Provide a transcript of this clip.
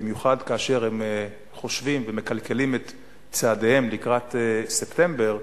במיוחד כאשר הם חושבים ומכלכלים את צעדיהם לקראת ספטמבר,